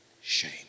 shame